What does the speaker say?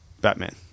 Batman